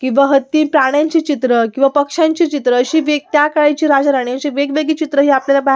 किंवा हत्ती प्राण्यांची चित्रं किंवा पक्ष्यांची चित्रं अशी वेग त्याकाळची राजा राणीची वेगवेगळी चित्रंही आपल्याला पहा